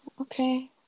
Okay